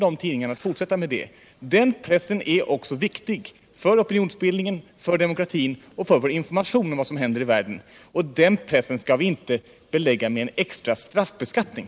Den pressen är viktig för opinionsbildningen, för demokratin och för vår information om vad som händer i världen och därför skall vi inte belägga den med en extra straffbeskattning.